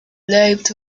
lobed